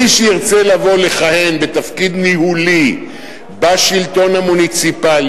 מי שירצה לבוא לכהן בתפקיד ניהולי בשלטון המוניציפלי